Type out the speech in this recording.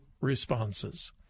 responses